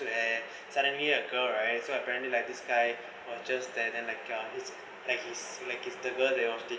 and suddenly a girl right so apparently like this guy were just there then like uh he's like